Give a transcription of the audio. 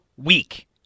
week